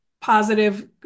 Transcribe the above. positive